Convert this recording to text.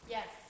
Yes